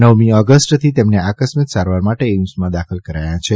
નવમી ઓગષ્ટથી તેમને આકરેસ્મક સારવાર માટે એઇમ્સમાં દાખલ કરાથા છે